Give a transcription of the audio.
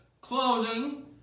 clothing